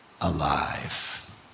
alive